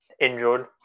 injured